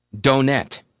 donut